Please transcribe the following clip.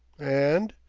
and?